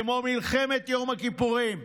כמו מלחמת יום הכיפורים,